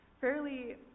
fairly